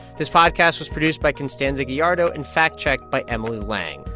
this podcast was produced by constanza gallardo and fact-checked by emily lang.